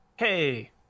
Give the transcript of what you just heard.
hey